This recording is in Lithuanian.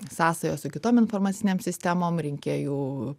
sąsajos su kitom informacinėm sistemom rinkėjų